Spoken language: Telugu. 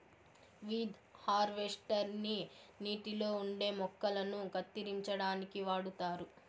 వీద్ హార్వేస్టర్ ని నీటిలో ఉండే మొక్కలను కత్తిరించడానికి వాడుతారు